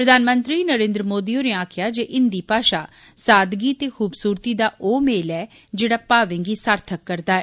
प्रधानमंत्री नरेन्द्र मोदी होरें आक्खेआ जे हिंदी माषा सादगी ते खूबसूरती दा ओह् मेल ऐ जेड़ा भावें गी सार्थक करदा ऐ